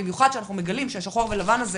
במיוחד כשאנחנו מגלים שהשחור והלבן הזה